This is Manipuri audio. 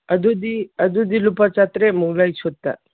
ꯑꯗꯨꯗꯤ ꯑꯗꯨꯗꯤ ꯂꯨꯄꯥ ꯆꯥꯇ꯭ꯔꯦꯠꯃꯨꯛ ꯂꯩ ꯁꯨꯠꯇ